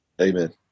Amen